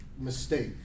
Mistake